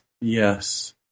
yes